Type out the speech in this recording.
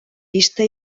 pista